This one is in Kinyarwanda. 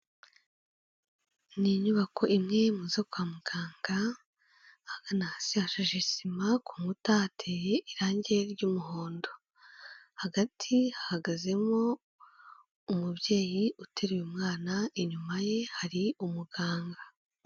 Ni inyubako imwe mu zo kwa muganga, ahagana hasi hashashe sima ku nkuta hateye irangi ry'umuhondo, hagati hahagazemo umubyeyi uteruye, umwana inyuma ye hari umuganga.